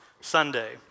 Sunday